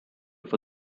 for